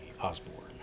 Osborne